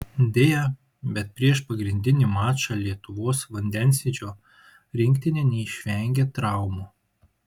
deja bet prieš pagrindinį mačą lietuvos vandensvydžio rinktinė neišvengė traumų